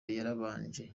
yarabanje